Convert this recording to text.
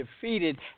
defeated